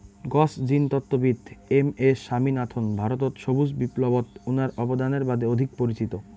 গছ জিনতত্ত্ববিদ M S Swaminathan ভারতত সবুজ বিপ্লবত উনার অবদানের বাদে অধিক পরিচিত